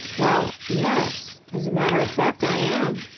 well, yes, as a matter of fact i am,